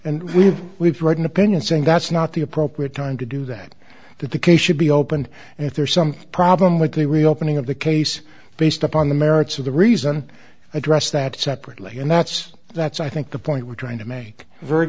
and we've we've read an opinion saying that's not the appropriate time to do that that the case should be opened and if there is some problem with the reopening of the case based upon the merits of the reason address that separately and that's that's i think the point we're trying to make very